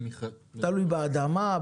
תלוי באדמה,